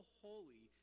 holy